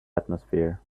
atmosphere